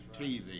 TV